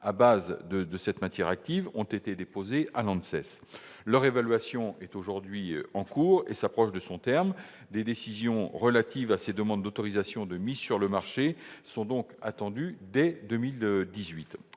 à base de cette matière active ont été déposées à l'ANSES. Leur évaluation est en cours et s'approche de son terme. Des décisions relatives à ces demandes d'autorisation de mise sur le marché sont donc attendues en 2018.